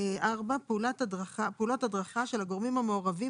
פעולות הדרכה של הגורמים המעורבים